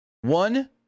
one